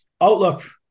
Outlook